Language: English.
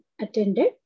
attended